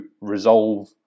resolve